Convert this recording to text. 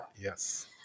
Yes